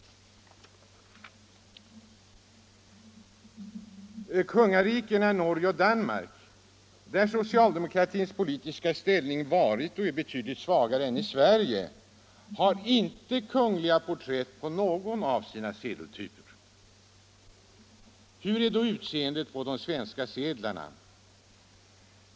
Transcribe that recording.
Kungarikena Norge och Danmark, där socialdemokratins politiska ställning varit och är betydligt svagare än i Sverige, har inte kungliga porträtt på någon av sina sedeltyper. Hur är då utseendet på de svenska sedlarna?